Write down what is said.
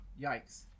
yikes